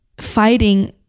fighting